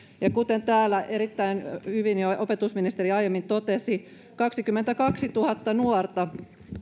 kuten täällä erittäin hyvin jo opetusministeri aiemmin totesi kaksikymmentäkaksituhatta nuorta